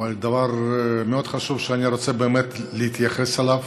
אבל דבר מאוד חשוב שאני רוצה באמת להתייחס אליו,